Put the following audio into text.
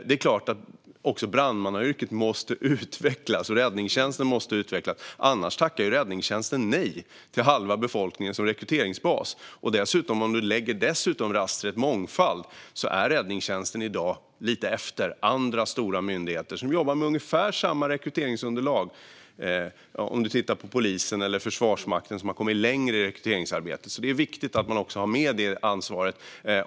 Det är klart att också brandmannayrket och räddningstjänsten måste utvecklas. Annars tackar ju räddningstjänsten nej till halva befolkningen som rekryteringsbas. Om vi dessutom lägger på rastret mångfald ser vi att räddningstjänsten i dag ligger lite efter andra stora myndigheter som jobbar med ungefär samma rekryteringsunderlag. Man kan se på polisen eller Försvarsmakten, som har kommit längre i rekryteringsarbetet. Det är viktigt att man har med detta ansvar.